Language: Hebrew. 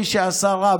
מי שעשה רע,